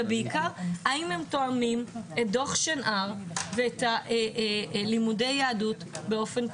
ובעיקר האם הם תואמים את דוח שנהר ואת לימודי היהדות באופן פלורליסטי.